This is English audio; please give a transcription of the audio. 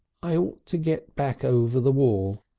i ought to get back over the wall.